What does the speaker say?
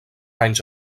anys